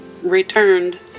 returned